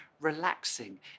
relaxing